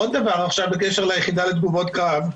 עוד דבר בקשר ליחידה לתגובות קרב,